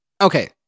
okay